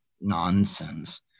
nonsense